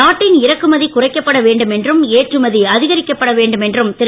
நாட்டின் இறக்குமதி குறைக்கப்பட வேண்டும் என்றும் ஏற்றுமதி அதிகரிக்கப்பட வேண்டும் என்றும் திரு